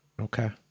Okay